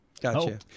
Gotcha